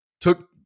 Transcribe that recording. took